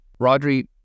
Rodri